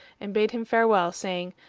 and bade him farewell, saying,